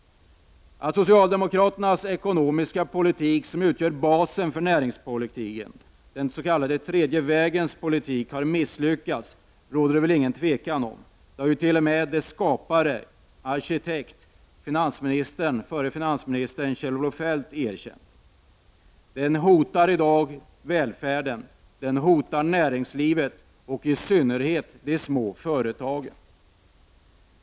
Att socialdemokraternas ekonomiska politik, som utgör basen för näringspolitiken, den s.k. tredje vägens politik, har misslyckats råder det inget tvivel om. Det har t.o.m. dess arkitekt, förre finansministern Feldt erkänt. Den hotar i dag välfärden, näringslivet och i synnerhet de små företagen.